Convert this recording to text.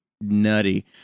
nutty